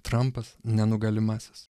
trampas nenugalimasis